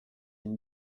une